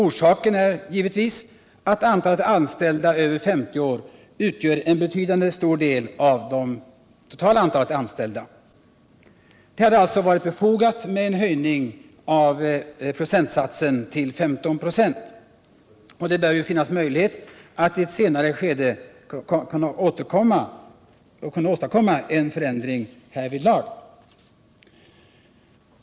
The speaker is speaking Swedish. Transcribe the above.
Orsaken är givetvis att antalet anställda över 50 år utgör en = drag till tekoindubetydande andel av det totala antalet anställda. Det hade alltså varit = strin, m.m. befogat med en höjning av procentsatsen till 15 96. Men det lär ju finnas möjlighet att i ett senare skede åstadkomma en förändring härvidlag.